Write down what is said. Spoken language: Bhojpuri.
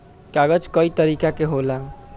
कागज कई तरीका के होला